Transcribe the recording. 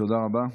תודה רבה.